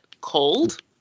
cold